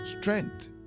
strength